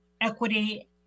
equity